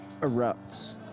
erupts